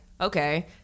okay